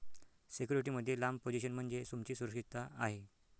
security मध्ये लांब position म्हणजे तुमची सुरक्षितता आहे